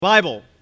Bible